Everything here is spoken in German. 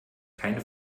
keine